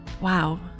Wow